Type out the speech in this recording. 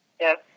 Yes